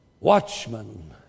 Watchmen